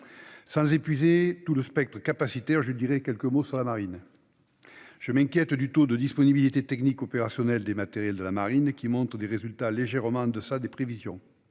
Sans épuiser tout le spectre capacitaire, je dirais quelques mots de la marine. Je m'inquiète du taux de disponibilité technique opérationnelle des matériels de la marine, qui montre des résultats légèrement en deçà des prévisions.